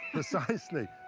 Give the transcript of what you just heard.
precisely.